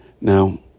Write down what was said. Now